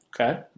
Okay